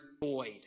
void